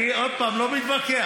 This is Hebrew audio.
עוד פעם, אני לא מתווכח.